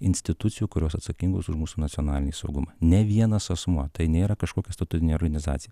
institucijų kurios atsakingos už mūsų nacionalinį saugumą ne vienas asmuo tai nėra kažkokia statutinė organizacija